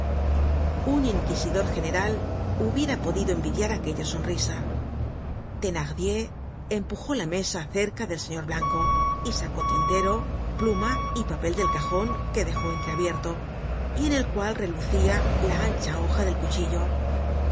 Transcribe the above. un inquisidor general hubiera podido envidiar aquella sonrisa thenardier empujó la mesa cerca del señor blanco y sacó tintero pluma y papel del cajon que dejó entreabierto y en el cual relucia la ancha hoja del cuchillo